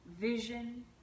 vision